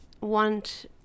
want